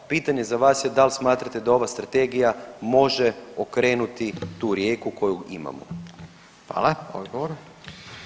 Pitanje za vas je da li smatrate da ova strategija može okrenuti tu rijeku koju imamo?